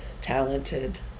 talented